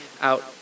out